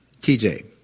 TJ